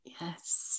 Yes